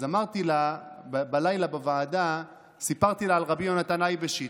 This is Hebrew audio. אז בלילה בוועדה סיפרתי לה על רבי יהונתן אייבשיץ,